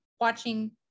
watching